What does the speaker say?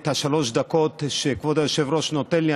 את שלוש הדקות שכבוד היושב-ראש נותן לי,